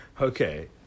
Okay